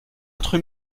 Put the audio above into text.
autre